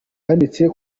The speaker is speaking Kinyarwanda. yanditse